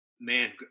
man